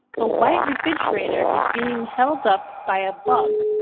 the white refrigerator is being held up by a bug,